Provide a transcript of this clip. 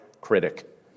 critic